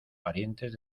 parientes